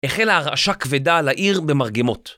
החלה הרעשה כבדה על העיר במרגמות.